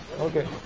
Okay